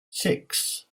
six